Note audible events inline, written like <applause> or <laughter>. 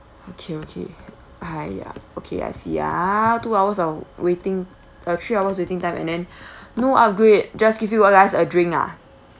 okay okay !haiya! okay I see ah two hours of waiting uh three hours waiting time and then <breath> no upgrade just give you all guys a drink ah